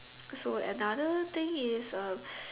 so another thing is uh